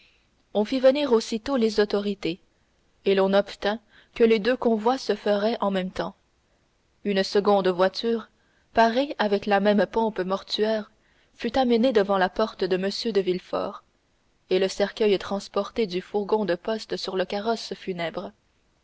on fit prévenir aussitôt les autorités et l'on obtint que les deux convois se feraient en même temps une seconde voiture parée avec la même pompe mortuaire fut amenée devant la porte de m de villefort et le cercueil transporté du fourgon de poste sur le carrosse funèbre